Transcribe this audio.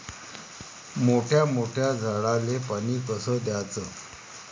मोठ्या मोठ्या झाडांले पानी कस द्याचं?